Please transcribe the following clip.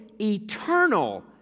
eternal